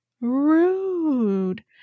rude